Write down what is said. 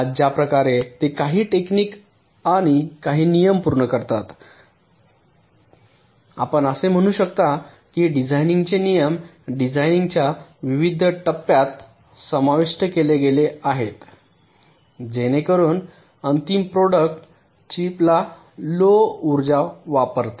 आज ज्या प्रकारे ते काही टेक्निक आणि काही नियम पूर्ण करतात आपण असे म्हणू शकता की डिझाइनचे नियम डिझाइनच्या विविध टप्प्यात समाविष्ट केले गेले आहेत जेणेकरून अंतिम प्रॉडक्ट चिप लो उर्जा वापरते